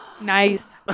Nice